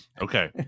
Okay